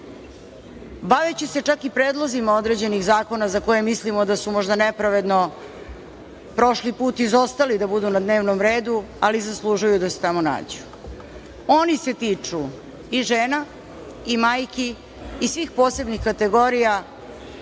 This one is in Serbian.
baveći se čak i predlozima određenih zakona za koje mislimo da su nepravedno prošli put izostali da budu na dnevnom redu, ali zaslužuju da se tamo nađu. Oni se tiču i žena i majki i svih posebnih kategorija,